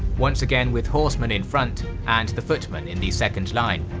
once again with horsemen in front and the footmen in the second line.